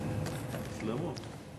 אף-על-פי